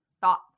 thoughts